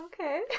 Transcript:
Okay